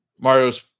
mario's